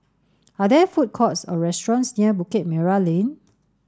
are there food courts or restaurants near Bukit Merah Lane